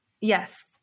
yes